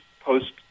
post